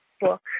book